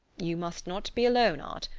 you must not be alone, art.